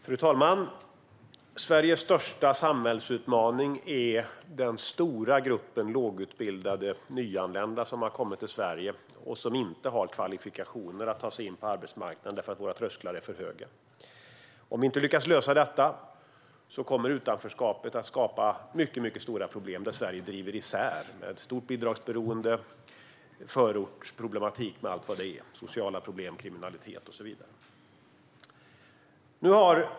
Fru talman! Sveriges största samhällsutmaning är den stora gruppen lågutbildade nyanlända som har kommit till Sverige och som inte har kvalifikationer för att ta sig in på arbetsmarknaden. Våra trösklar är för höga. Om vi inte lyckas lösa detta kommer utanförskapet att skapa mycket stora problem. Sverige kommer att driva isär, med ett stort bidragsberoende och förortsproblematik med allt vad det innebär av sociala problem, kriminalitet och så vidare.